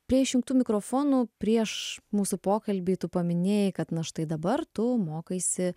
prie išjungtų mikrofonų prieš mūsų pokalbį tu paminėjai kad na štai dabar tu mokaisi